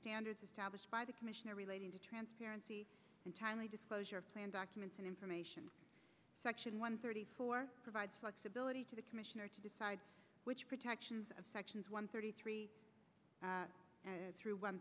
standards established by the commissioner relating to transparency and timely disclosure of plan documents and information section one thirty four provide flexibility to the commissioner to decide which protections of sections one thirty three through one